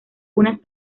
unas